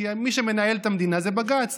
כי מי שמנהל את המדינה זה בג"ץ.